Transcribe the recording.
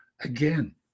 Again